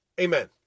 Amen